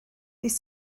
beth